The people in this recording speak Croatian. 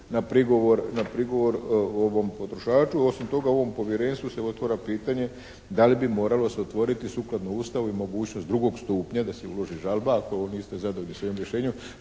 na prigovor o ovom potrošaču. Osim toga, ovom Povjerenstvu se otvara pitanje da li bi moralo se otvoriti sukladno Ustavu i mogućnost drugog stupnja da se uloži žalba ako niste zadovoljni s ovim rješenjem